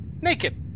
naked